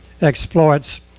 exploits